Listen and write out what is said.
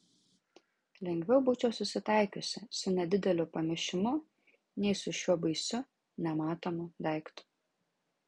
lengviau būčiau susitaikiusi su nedideliu pamišimu nei su šiuo baisiu nematomu daiktu